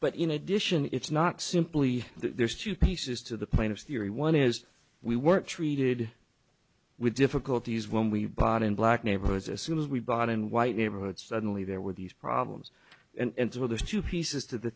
but in addition it's not simply there's two pieces to the plaintiff's theory one is we weren't treated with difficulties when we bought in black neighborhoods as soon as we bought in white neighborhoods suddenly there were these problems and some of those two pieces to the